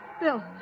Bill